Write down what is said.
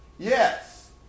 Yes